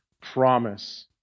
promise